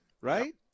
right